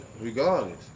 regardless